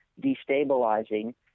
destabilizing